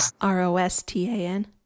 R-O-S-T-A-N